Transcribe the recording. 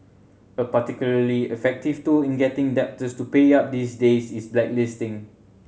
a particularly effective tool in getting debtors to pay up these days is blacklisting